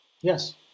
yes